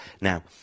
Now